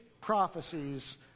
prophecies